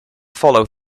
follow